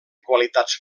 qualitats